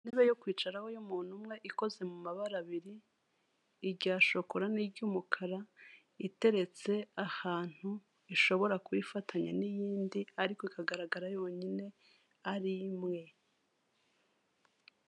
Intebe yo kwicaraho y'umuntu umwe ikoze mu mabara abiri irya shokora niry'umukara, iteretse ahantu ishobora kuba ifatanya n'iyindi ariko ikagaragara yonyine ari imwe.